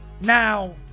Now